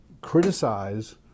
criticize